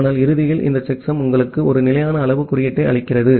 ஆனால் இறுதியில் இந்த செக்ஸம் உங்களுக்கு ஒரு நிலையான அளவு குறியீட்டை அளிக்கிறது